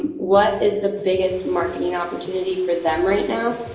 and what is the biggest marketing opportunity for them right now,